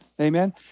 Amen